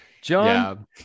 John